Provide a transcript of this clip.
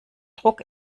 druck